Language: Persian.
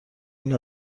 این